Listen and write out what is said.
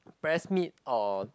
breast meat or